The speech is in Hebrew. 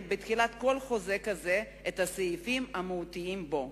בתחילת כל חוזה כזה את הסעיפים המהותיים בו.